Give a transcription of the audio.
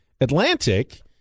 Atlantic